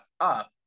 up